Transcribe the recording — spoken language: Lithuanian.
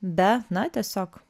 be na tiesiog